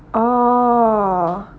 oh